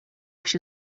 się